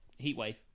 Heatwave